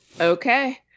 Okay